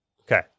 Okay